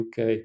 UK